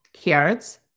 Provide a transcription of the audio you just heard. Carrots